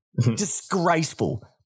disgraceful